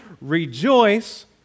Rejoice